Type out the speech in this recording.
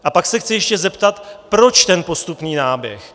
A pak se chci ještě zeptat, proč ten postupný náběh.